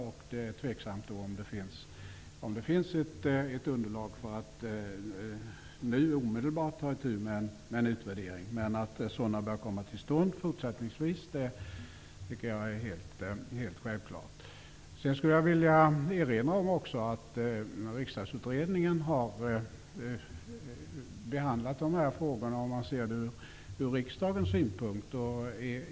Det är då tveksamt om det finns ett underlag för att nu omedelbart ta itu med en utvärdering. Men att sådana fortsättningsvis skall komma till stånd tycker jag är helt självklart. Jag vill också erinra om att Riksdagsutredningen har behandlat dessa frågor, sett från riksdagens synpunkt.